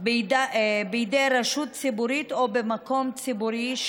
בידי רשות ציבורית או במקום ציבורי,